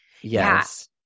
Yes